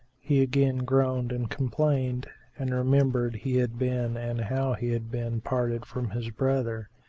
he again groaned and complained and remembered he had been and how he had been parted from his brother.